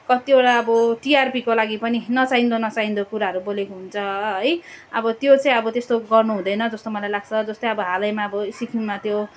कतिवटा अब टिआरपिको लागि पनि नचाहिँदो नचाहिँदो कुराहरू बोलेको हुन्छ है अब त्यो चाहिँ अब त्यस्तो गर्नु हुँदैन जस्तो मलाई लाग्छ जस्तै अब हालैमा अब सिक्किममा त्यो